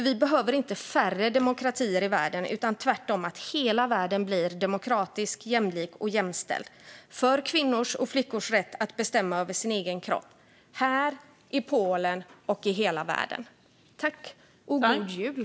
Vi behöver inte färre demokratier i världen, utan tvärtom behöver hela världen bli demokratisk, jämlik och jämställd - för kvinnors och flickors rätt att bestämma över sin egen kropp här, i Polen och i hela världen. God jul!